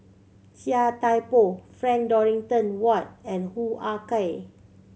Chia Thye Poh Frank Dorrington Ward and Hoo Ah Kay